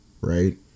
right